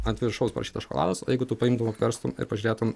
ant viršaus parašyta šokoladas o jeigu tu paimtum apverstum ir pažiūrėtum